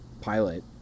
pilot